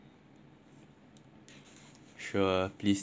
sure please tell me